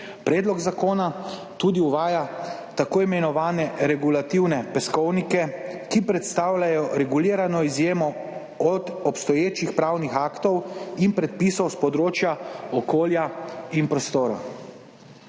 predlog zakona uvaja tudi tako imenovane regulativne peskovnike, ki predstavljajo regulirano izjemo od obstoječih pravnih aktov in predpisov s področja okolja in prostora.